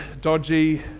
dodgy